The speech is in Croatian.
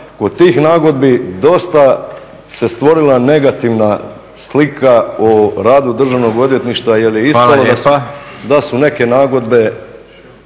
od tih nagodbi dosta se stvorila negativna slika o radu Državnog odvjetništva